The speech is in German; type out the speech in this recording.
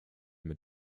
mit